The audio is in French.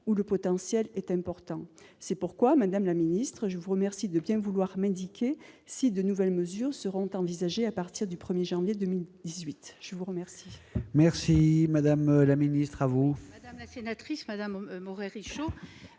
où le potentiel est important. C'est pourquoi, madame la ministre, je vous remercie de bien vouloir m'indiquer si de nouvelles mesures seront envisagées à partir du 1 janvier 2018. La parole est à Mme la ministre. Oui, madame la sénatrice Morhet-Richaud,